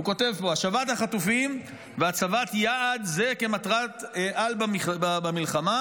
הוא כותב פה: השבת החטופים והצבת יעד זה כמטרת-על במלחמה,